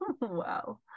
Wow